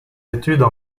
études